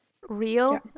Real